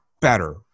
better